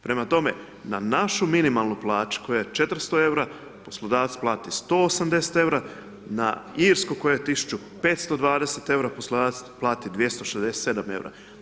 Prema tome, na našu minimalnu plaću koja je 400 eura, poslodavac plati 180 eura, na irsku koja je 1520 eura, poslodavac plati 267 eura.